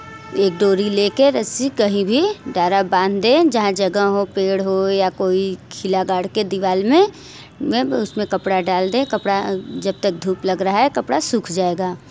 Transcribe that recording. एक डोरी लेकर रस्सी कहीं भी डोरा बाँध दे जहाँ जगह हो पेड़ हो या कोई कील गाड़ के दीवाल में उसमें कपड़ा डाल दें कपड़ा जब तक धूप लग रहा है कपड़ा सूख जाएगा